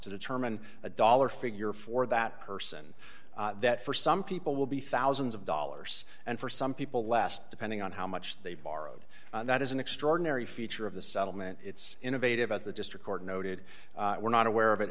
to determine a dollar figure for that person that for some people will be thousands of dollars and for some people less depending on how much they've borrowed that is an extraordinary feature of the settlement it's innovative as the district court noted we're not aware of it